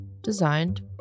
designed